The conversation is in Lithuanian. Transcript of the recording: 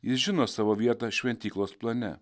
jis žino savo vietą šventyklos plane